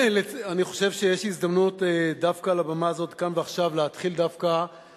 אני חושב שיש הזדמנות דווקא על הבמה הזאת כאן ועכשיו להתחיל בברכה